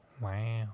Wow